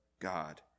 God